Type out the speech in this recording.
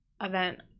event